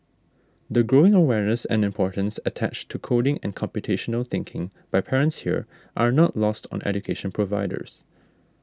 the growing awareness and importance attached to coding and computational thinking by parents here are not lost on education providers